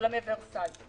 אולמי ורסאי.